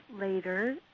later